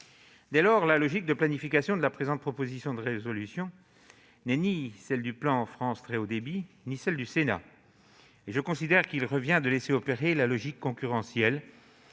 Dès lors, la logique de planification de la présente proposition de résolution n'est ni celle du plan France Très haut débit ni celle du Sénat, et je considère qu'il convient de laisser fonctionner la logique concurrentielle,